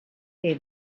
que